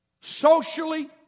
socially